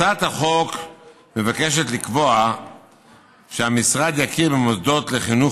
הצעת החוק מבקשת לקבוע שהמשרד יכיר במוסדות לחינוך